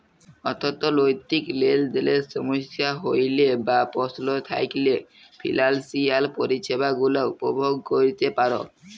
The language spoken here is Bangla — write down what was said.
অথ্থলৈতিক লেলদেলে সমস্যা হ্যইলে বা পস্ল থ্যাইকলে ফিলালসিয়াল পরিছেবা গুলা উপভগ ক্যইরতে পার